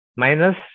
Minus